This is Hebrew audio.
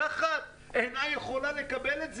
המפקחת אינה יכולה לקבל את זה.